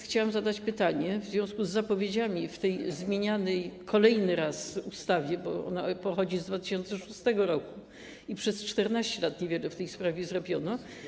Chciałam zadać pytanie w związku z zapowiedziami w tej zmienianej kolejny raz ustawie, bo ona pochodzi z 2006 r. i przez 14 lat niewiele w tej sprawie zrobiono.